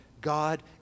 God